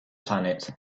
planet